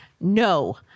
no